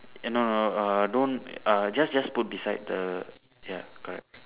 and no no err don't err just just put beside the ya correct